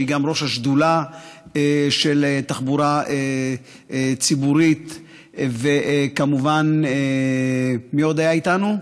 שהיא גם ראש השדולה של תחבורה ציבורית מי עוד היה איתנו?